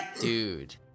Dude